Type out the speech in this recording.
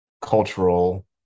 cultural